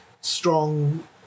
strong